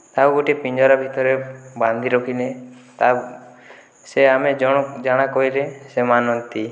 ଆଉ ଗୋଟିଏ ପିଞ୍ଜରା ଭିତରେ ବାନ୍ଧି ରଖିଲେ ତା ସେ ଆମେ ଜାଣା କହିଲେ ସେ ମାନନ୍ତି